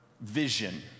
vision